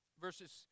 Verses